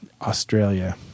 Australia